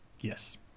Yes